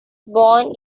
born